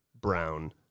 brown